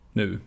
nu